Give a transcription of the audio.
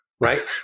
right